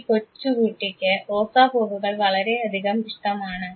ഈ കൊച്ചു കുട്ടിക്ക് റോസാ പൂവുകൾ വളരെയധികം ഇഷ്ടമാണ്